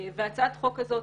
הצעת החוק הזאת,